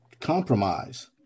compromise